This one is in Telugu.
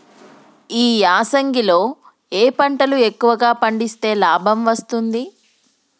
ఈ యాసంగి లో ఏ పంటలు ఎక్కువగా పండిస్తే లాభం వస్తుంది?